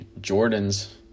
Jordans